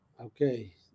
Okay